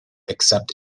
except